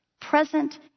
present